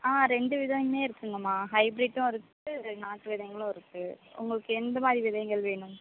ஆ ரெண்டு விதையுமே இருக்குங்கம்மா ஹைப்ரிட்டும் இருக்குது நாட்டு விதைங்களும் இருக்குது உங்களுக்கு எந்த மாதிரி விதைகள் வேணும்